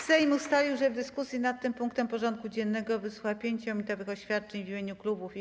Sejm ustalił, że w dyskusji nad tym punktem porządku dziennego wysłucha 5-minutowych oświadczeń w imieniu klubów i kół.